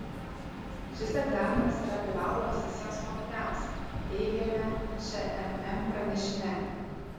šis egzaminas yra privalomas visiems mokiniams teigiame šmm pranešime